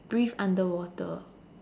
breathe underwater